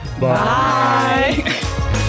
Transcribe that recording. bye